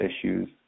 issues